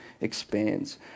expands